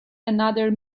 another